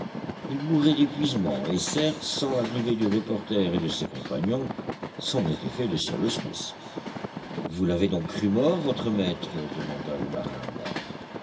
il mourait d'épuisement et certes sans l'arrivée du reporter et de ses compagnons c'en était fait de cyrus smith vous l'avez donc cru mort votre maître demanda le marin